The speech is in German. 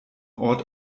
ort